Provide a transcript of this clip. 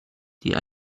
die